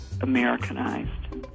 Americanized